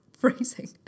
phrasing